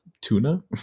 tuna